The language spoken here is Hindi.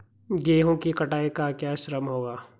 गेहूँ की कटाई का क्या श्रम होगा?